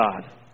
God